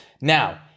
Now